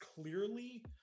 clearly